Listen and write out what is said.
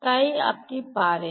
তাই আপনি পারেন